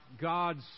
God's